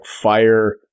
fire